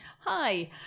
Hi